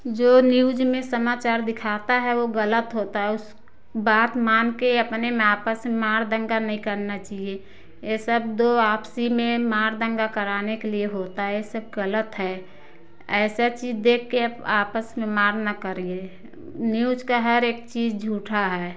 जो न्यूज में समाचार दिखाता है वो गलत होता है उस बात मानके अपने में आपस में मार दंगा नहीं करना चाहिए ये सब दो आपसी में मार दंगा कराने के लिए होता है ये सब गलत है ऐसा चीज़ देखके आपस में मार ना करिए न्यूज का हर एक चीज़ झूठा है